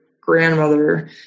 grandmother